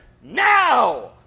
now